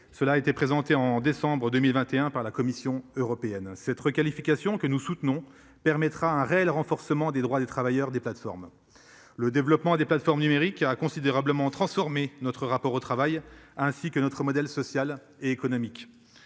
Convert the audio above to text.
Cela été présenté en décembre 2021 par la Commission européenne cette requalification que nous soutenons permettra un réel, renforcement des droits des travailleurs des plateformes. Le développement des plateformes numériques. Il a considérablement transformé notre rapport au travail, ainsi que notre modèle social et économique.